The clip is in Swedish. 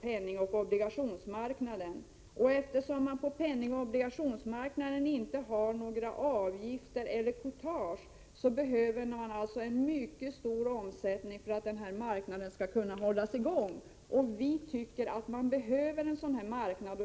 penningoch obligationsmarknaden. Eftersom man på penningoch obligationsmarknaden inte har avgifter eller courtage behövs en mycket stor omsättning om marknaden skall kunna fortsätta fungera. Vi tycker att vi behöver en sådan här marknad.